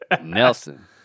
Nelson